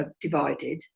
divided